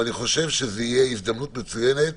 זו תהיה הזדמנות מצוינת